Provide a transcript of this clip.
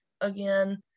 again